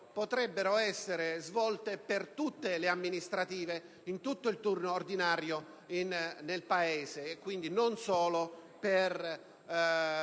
potrebbero essere svolte per tutte le amministrative in tutto il turno ordinario nel Paese e quindi non solo e